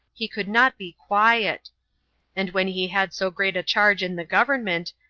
he could not be quiet and when he had so great a charge in the government,